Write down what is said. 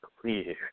clear